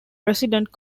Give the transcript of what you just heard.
resident